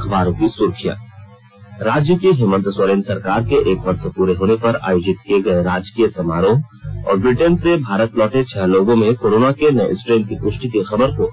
अखबारों की सुर्खियां राज्य की हेमंत सोरेन सरकार के एक वर्ष पूरे होने पर आयोजित किए गए राजकीय समारोह और ब्रिटेन से भारत लौटे छह लोगों में कोरोना के नए स्ट्रेन की पुष्टि की खबर को